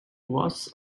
was